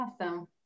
Awesome